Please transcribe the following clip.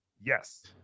Yes